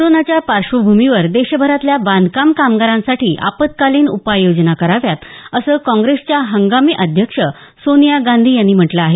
कोरोनाच्या पार्श्वभूमीवर देशभरातल्या बांधकाम कामगारांसाठी आपत्कालीन उपाययोजना कराव्यात असं काँग्रेसच्या हंगामी अध्यक्ष सोनिया गांधी यांनी म्हटलं आहे